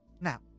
Now